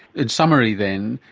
in summary then,